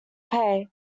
pay